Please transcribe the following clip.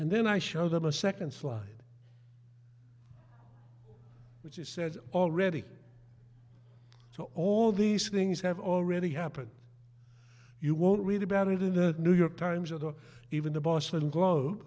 and then i show them a second slide which is said already so all these things have already happened you won't read about it in the new york times or even the boston globe